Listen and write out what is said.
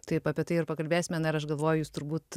taip apie tai ir pakalbėsime na ir aš galvoju jūs turbūt